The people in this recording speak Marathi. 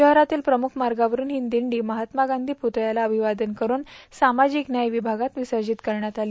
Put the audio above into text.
शहरातील प्रमुख मार्गावरुन ही दिंडी महात्मा गांची पुतळ्याला अभिवादन करून सामाजिक न्याय विमागात विसर्जित करण्यात आली